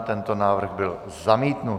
Tento návrh byl zamítnut.